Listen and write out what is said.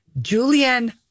Julianne